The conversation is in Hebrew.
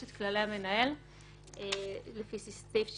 יש כללי המנהל לפי סעיף 69א,